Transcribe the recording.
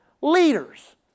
Leaders